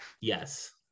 yes